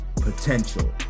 potential